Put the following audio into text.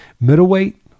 Middleweight